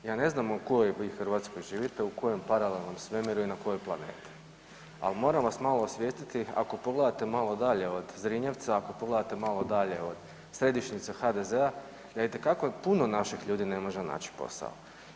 Ja ne znam u kojoj vi Hrvatskoj živite u kojem paralelnom svemiru i na kojoj planeti, ali moram vas malo osvijestiti ako pogledate malo dalje od Zrinjevca, ako pogledate malo dalje od središnjice HDZ-a da itekako puno naših ljudi ne može naći posao.